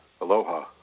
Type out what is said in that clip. Aloha